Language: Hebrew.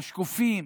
השקופים,